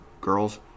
Girls